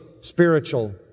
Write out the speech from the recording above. spiritual